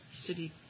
city